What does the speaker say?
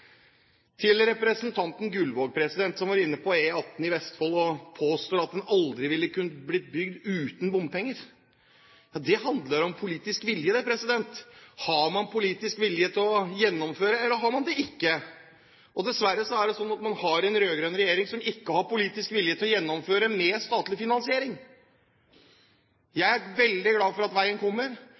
Til representanten Gullvåg, som var inne på E18 i Vestfold, som han påstår aldri ville kunnet bli bygd uten bompenger. Det handler om politisk vilje, det. Har man politisk vilje til å gjennomføre, eller har man det ikke? Dessverre er det slik at man har en rød-grønn regjering som ikke har politisk vilje til å gjennomføre med statlig finansiering. Jeg er veldig glad for at veien kommer.